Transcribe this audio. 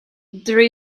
there